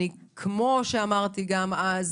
כמו שגם אמרתי אז,